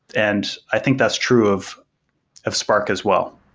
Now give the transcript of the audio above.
and i think that's true of of spark as well.